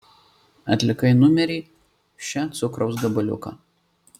atlikai numerį še cukraus gabaliuką